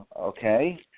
okay